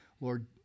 Lord